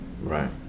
Right